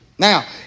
Now